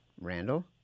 Randall